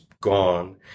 gone